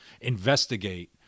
investigate